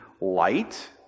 light